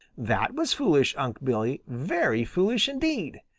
that was foolish, unc' billy, very foolish indeed.